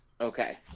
Okay